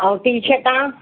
ऐं T shirt